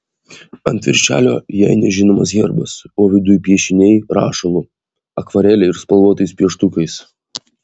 ant viršelio jai nežinomas herbas o viduj piešiniai rašalu akvarele ir spalvotais pieštukais